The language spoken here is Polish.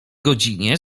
godzinie